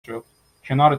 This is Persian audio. شد، کنار